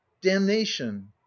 damnation